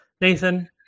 Nathan